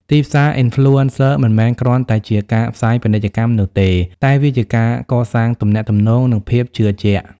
ទីផ្សារ Influencer មិនមែនគ្រាន់តែជាការផ្សាយពាណិជ្ជកម្មនោះទេ តែវាជាការកសាងទំនាក់ទំនង និងភាពជឿជាក់។